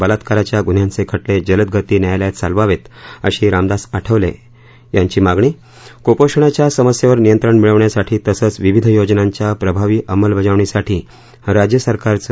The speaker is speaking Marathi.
बलात्काराच्या गुन्ह्याचे खटले जलदगती न्यायालयात चालवावेत अशी रामदास आठवले यांची मागणी कुपोषणाच्या समस्येवर नियंत्रण मिळवण्यासाठी तसंच विविध योजनांच्या प्रभावी अंमलबजावणीसाठी राज्य सरकारचं